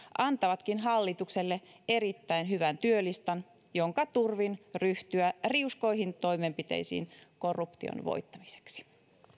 antavatkin hallitukselle erittäin hyvän työlistan jonka turvin ryhtyä riuskoihin toimenpiteisiin korruption voittamiseksi